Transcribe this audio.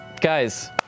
Guys